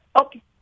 Okay